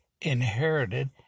inherited